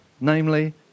namely